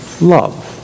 love